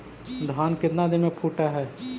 धान केतना दिन में फुट है?